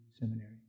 seminary